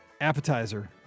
appetizer